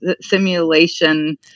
simulation